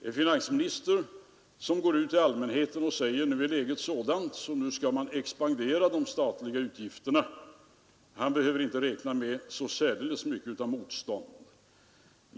En finansminister som går ut till allmänheten och säger att läget är sådant att man skall låta de statliga utgifterna expandera, han behöver inte räkna med så särdeles mycket av motstånd.